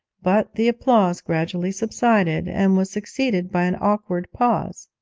but the applause gradually subsided, and was succeeded by an awkward pause.